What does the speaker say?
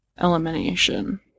elimination